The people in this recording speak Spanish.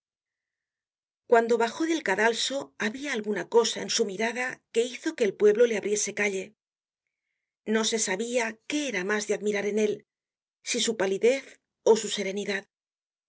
cuando bajó del cadalso habia alguna cosa en su mirada que hizo que el pueblo le abriese calle no se sabia qué era mas de admirar en él si su palidez ó su serenidad